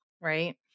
right